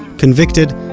convicted,